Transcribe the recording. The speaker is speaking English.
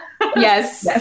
Yes